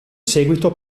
seguito